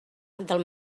del